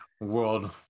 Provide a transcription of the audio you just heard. world